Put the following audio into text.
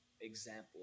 example